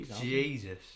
Jesus